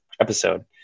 episode